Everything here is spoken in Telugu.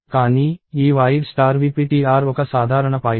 కానీ ఈ void vptr ఒక సాధారణ పాయింటర్